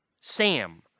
Sam